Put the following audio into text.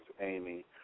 Amy